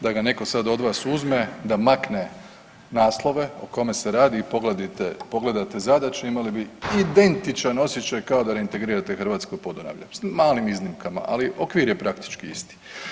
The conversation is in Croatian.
Da ga netko sad od vas uzme, da makne naslove o kome se radi i pogledate zadaće, imali bi identičan osjećaj kao da integrirate hrvatsko Podunavlje, s malim iznimkama, ali okvir je praktički isti.